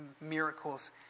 miracles